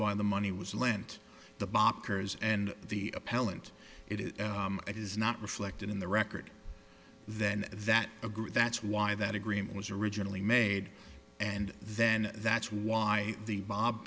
why the money was lent the boppers and the appellant it is it is not reflected in the record then that a group that's why that agreement was originally made and then that's why the bob